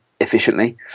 efficiently